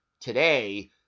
today